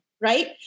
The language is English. right